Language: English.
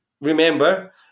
remember